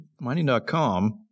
Mining.com